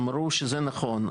אמרו שזה נכון,